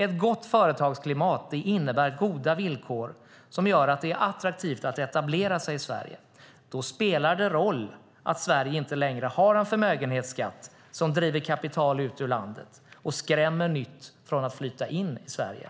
Ett gott företagsklimat innebär goda villkor som gör att det är attraktivt att etablera sig i Sverige. Då spelar det roll att Sverige inte längre har en förmögenhetsskatt som driver kapital ut ur landet och skrämmer nytt från att flyta in i Sverige.